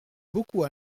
beaucoup